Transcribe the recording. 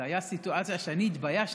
זו הייתה סיטואציה שאני התביישתי.